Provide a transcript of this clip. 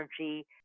energy